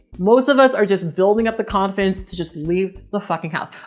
most of us are just building up the confidence to just leave the fucking house.